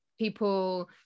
people